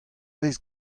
vez